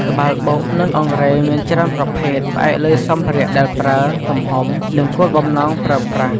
ត្បាល់បុក និងអង្រែមានច្រើនប្រភេទ ផ្អែកលើសម្ភារៈដែលប្រើ, ទំហំ, និងគោលបំណងប្រើប្រាស់។